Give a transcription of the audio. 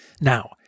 Now